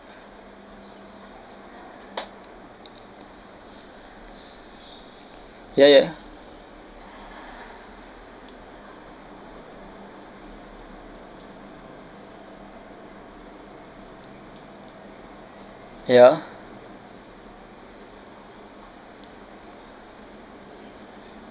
ya ya ya